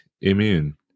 immune